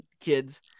kids